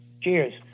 Cheers